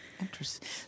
interesting